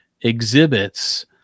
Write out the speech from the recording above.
exhibits